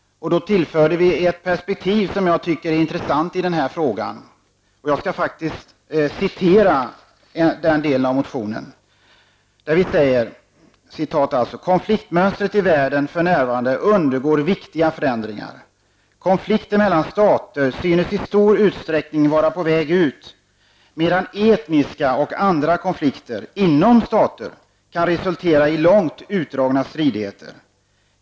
Då tillförde vi ett perspektiv i den här frågan som jag anser är intressant. Jag skall citera ur den delen av motionen. Vi säger att ''-- konfliktmönstret i världen för närvarande undergår viktiga förändringar. Konflikter mellan stater synes i stor utsträckning vara på väg ut, medan etniska och andra konflikter inom stater kan resultera i långt utdragna stridigheter.